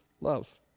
love